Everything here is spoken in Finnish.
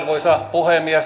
arvoisa puhemies